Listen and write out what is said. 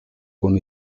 con